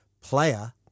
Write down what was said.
player